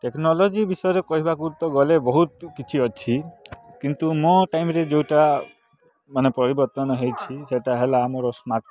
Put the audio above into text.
technology ବିଷୟରେ କହିବାକୁ ତ ଗଲେ ବହୁତ କିଛି ଅଛି କିନ୍ତୁ ମୋ ଟାଇମ୍ରେ ଯେଉଁଟା ମାନେ ପରିବର୍ତ୍ତନ ହେଇଛି ସେଟା ହେଲା ମୋର ସ୍ମାର୍ଟ ଫୋନ୍